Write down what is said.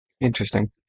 Interesting